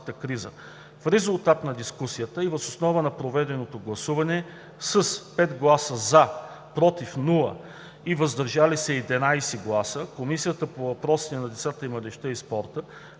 В резултат на дискусията и въз основа на проведеното гласуване с „5 гласа „за“, без „против“ и „въздържал се“ 11 гласа Комисията по въпросите на децата, младежта и спорта